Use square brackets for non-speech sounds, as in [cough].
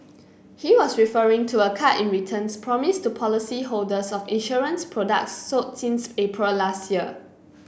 [noise] he was referring to a cut in returns promised to policy holders of insurance products sold since April last year